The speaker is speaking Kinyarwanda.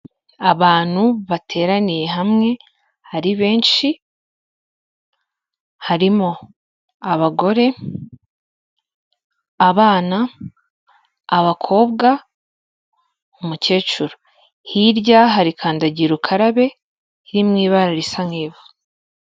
Abantu bateraniye hamwe ari benshi, harimo abagore, abana, abakobwa, umukecuru, hirya hari kandagira ukarabe, iri mu ibara risa nk'ivu.